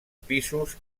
pisos